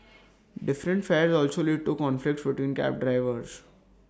different fares also lead to conflicts between cab drivers